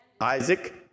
Isaac